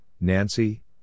Nancy